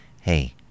hey